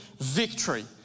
victory